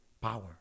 power